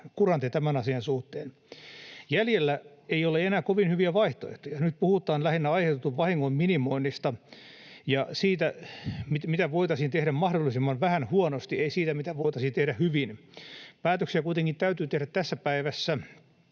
kurantti tämän asian suhteen? Jäljellä ei ole enää kovin hyviä vaihtoehtoja. Nyt puhutaan lähinnä aiheutetun vahingon minimoinnista ja siitä, mitä voitaisiin tehdä mahdollisimman vähän huonosti, ei siitä, mitä voitaisiin tehdä hyvin. Päätöksiä kuitenkin täytyy tehdä tässä päivässä,